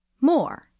More